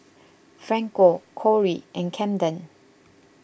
Franco Kori and Camden